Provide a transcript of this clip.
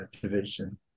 division